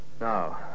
Now